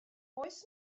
oes